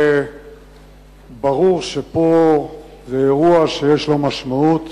ברור שזה אירוע שיש לו משמעות